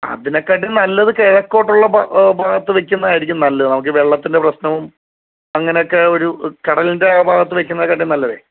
അതിനേക്കാട്ടിലും നല്ലത് കിഴക്കോട്ടുള്ള ഭാ ഭാഗത്ത് വയ്ക്കുന്നതായിരിക്കും നല്ലത് നമുക്ക് ഈ വെള്ളത്തിൻ്റെ പ്രശ്നവും അങ്ങനെ ഒക്കെ ഒരു കടലിൻ്റെ ആ ഭാഗത്ത് വയ്ക്കുന്നത് കാട്ടിലും നല്ലതേ